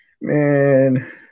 Man